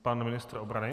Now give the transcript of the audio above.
Pan ministr obrany.